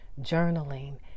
journaling